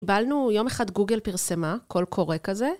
קיבלנו, יום אחד גוגל פרסמה, קול קורא כזה.